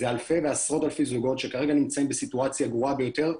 זה אלפי ועשרות אלפי זוגות שכרגע נמצאים בסיטואציה גרועה ביותר,